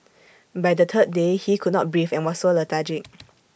by the third day he could not breathe and was so lethargic